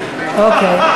אוקיי.